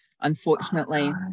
unfortunately